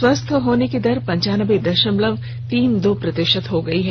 स्वस्थ होने की दर पंचानबे दशमलव तीन दो प्रतिशत हो गयी है